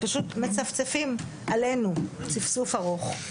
פשוט מצפצפים עלינו צפצוף ארוך.